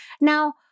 Now